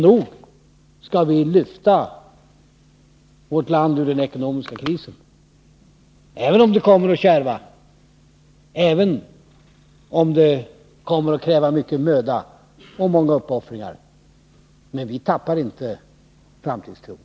Nog skall vi kunna lyfta vårt land ur den ekonomiska krisen, även om det kommer att kärva, kräva mycken möda och många uppoffringar. Vi socialdemokrater tappar inte framtidstron.